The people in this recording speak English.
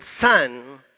Son